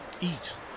eat